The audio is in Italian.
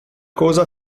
cosa